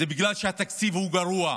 זה בגלל שהתקציב הוא גרוע.